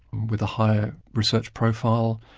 with a high research profile,